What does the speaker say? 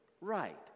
right